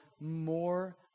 more